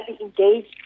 engaged